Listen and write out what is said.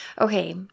okay